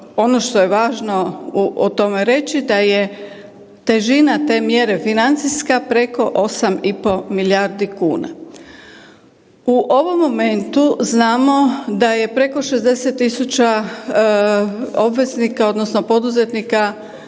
ono što je važno o tome reći da je težina te mjere financijska preko 8,5 milijardi kuna. U ovom momentu znamo da je preko 60.000 obveznika odnosno poduzetnika